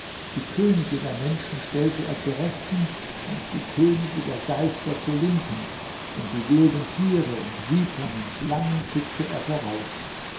die könige der menschen stellte er zur rechten und die könige der geister zur linken und die wilden tiere und vipern und schlangen schickte er voraus